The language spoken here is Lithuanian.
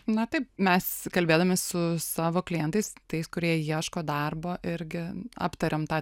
na taip mes kalbėdami su savo klientais tais kurie ieško darbo irgi aptariam tą